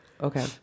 Okay